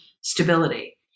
stability